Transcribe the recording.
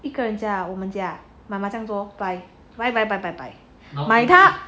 一个人家啊我们家啊 my 麻将这样多 buy buy buy buy buy 买它